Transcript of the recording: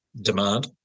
demand